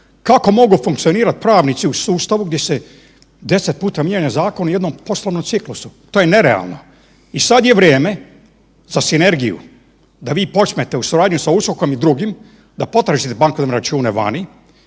Kako mogu funkcionirati pravnici u sustavu gdje se 10 puta mijenja zakon u jednom poslovnom ciklusu, to je nerealno. I sada je vrijeme za sinergiju da vi počnete u suradnji sa USKOK-om i drugim da … bankovne račune vani,